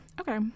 Okay